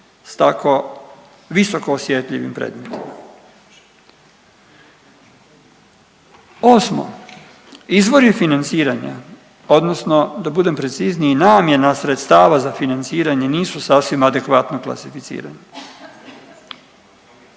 s tako visoko osjetljivim predmetima. Osmo, izvori financiranja odnosno da budem precizniji namjena sredstava za financiranje nisu sasvim adekvatno klasificirani.